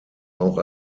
auch